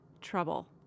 trouble